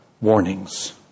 warnings